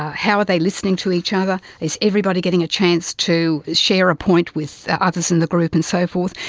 how are they listening to each other, is everybody getting a chance to share a point with ah others in the group and so forth?